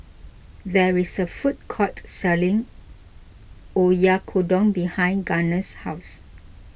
there is a food court selling Oyakodon behind Garner's house